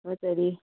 ꯊꯥꯒꯠꯆꯔꯤ